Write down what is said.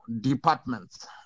departments